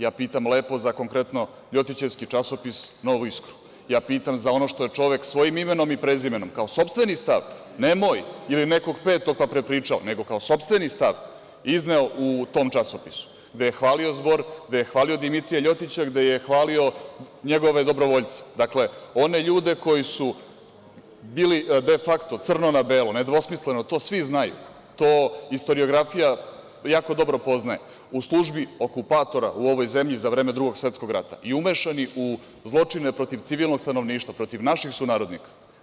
Ja pitam lepo za konkretno ljotićevski časopis „Novu Iskru“, ja pitam za ono što je čovek svojim imenom i prezimenom, kao sopstveni stav, ne moj ili nekog petog pa prepričao nego kao sopstveni stav, izneo u tom časopisu, gde je hvalio „Zbor“, gde je hvalio Dimitrija LJotića, gde je hvalio njegove dobrovoljce, dakle, one ljude koji su bili de fakto, crno na belo, nedvosmisleno, to svi znaju, to istoriografija jako dobro poznaje, u službi okupatora u ovoj zemlji za vreme Drugog svetskog rata i umešani u zločine protiv civilnog stanovništva, protiv naših sunarodnika.